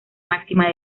máxima